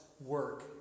work